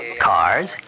Cars